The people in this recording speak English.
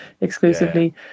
exclusively